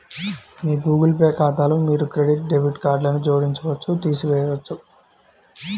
మీ Google Pay ఖాతాలో మీరు మీ క్రెడిట్, డెబిట్ కార్డ్లను జోడించవచ్చు, తీసివేయవచ్చు